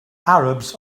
arabs